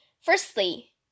Firstly